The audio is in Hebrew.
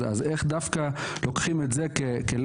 אז איך דווקא לוקחים את זה כלקח,